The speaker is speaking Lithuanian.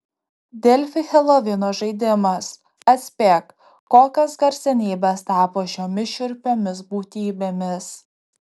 delfi helovino žaidimas atspėk kokios garsenybės tapo šiomis šiurpiomis būtybėmis